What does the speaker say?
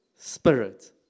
Spirit